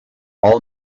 all